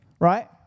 right